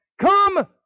come